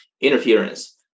interference